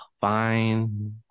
fine